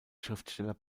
schriftsteller